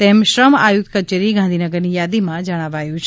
તેમ શ્રમ આયુક્ત કચેરી ગાંધીનગરની યાદીમાં જણાવાયું છે